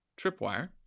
Tripwire